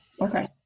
okay